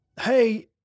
hey